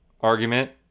argument